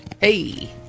Hey